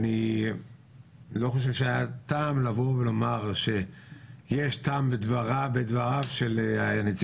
אני לא חושב שהיה טעם לבוא ולומר שיש טעם בדבריו של היועץ המשפטי